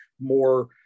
more